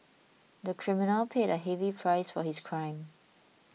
the criminal paid a heavy price for his crime